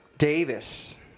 Davis